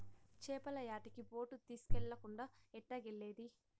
చేపల యాటకి బోటు తీస్కెళ్ళకుండా ఎట్టాగెల్లేది